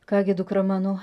ką gi dukra mano